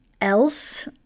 else